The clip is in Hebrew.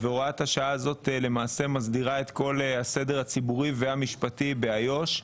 הוראת השעה הזו מסדירה את כל הסדר הציבורי והמשפטי באיו"ש.